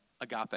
agape